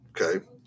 Okay